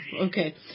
okay